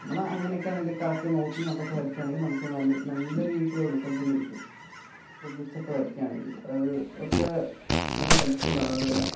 നമ്മൾ അങ്ങനൊക്കെയാണെങ്കിൽ കറക്റ്റ് നോക്കിയും കണ്ടൊക്കെ വരയ്ക്കുകയാണെങ്കിൽ നമുക്ക് നല്ല നല്ല രീതിക്കുള്ള ഒരു റിസൾട്ട് തന്നെ കിട്ടും ശ്രദ്ധിച്ചൊക്കെ വരയ്ക്കുകയാണെങ്കിൽ അത് ഒക്കെ നല്ല ഹെൽപ്ഫുള്ള് ആണ് അതുപോലെ